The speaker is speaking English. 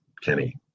Kenny